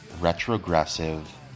retrogressive